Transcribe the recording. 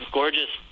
gorgeous